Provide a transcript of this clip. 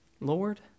Lord